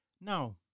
Now